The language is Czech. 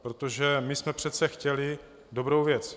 Protože my jsme přece chtěli dobrou věc.